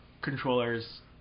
controllers